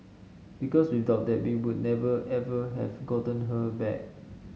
because without that we would never ever have gotten her back